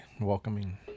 welcoming